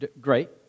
Great